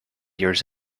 years